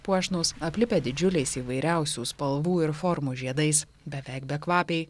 puošnūs aplipę didžiuliais įvairiausių spalvų ir formų žiedais beveik bekvapiai